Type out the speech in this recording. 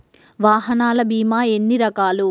వాహనాల బీమా ఎన్ని రకాలు?